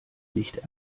nicht